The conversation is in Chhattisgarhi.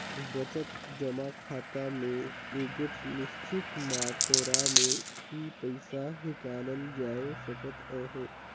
बचत जमा खाता में एगोट निच्चित मातरा में ही पइसा हिंकालल जाए सकत अहे